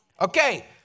Okay